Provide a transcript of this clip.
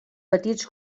petits